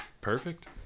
Perfect